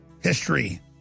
History